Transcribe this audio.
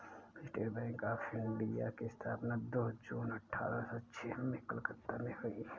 state bank of India की स्थापना दो जून अठारह सो छह में कलकत्ता में हुई